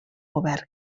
govern